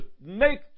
make